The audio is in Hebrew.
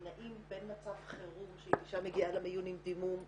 נעים בין מצב חירום שאם אישה מגיעה למיון עם דימום היא,